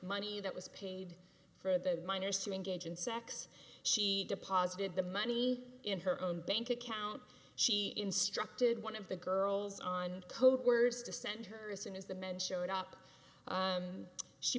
money that was paid for the miners to engage in sex she deposited the money in her own bank account she instructed one of the girls on code words to send her as soon as the men showed up